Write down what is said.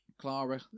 Clara